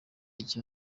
icya